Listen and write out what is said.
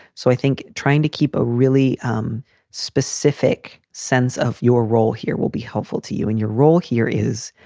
so i think trying to keep a really um specific sense of your role here will be helpful to you. and your role here is,